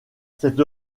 cette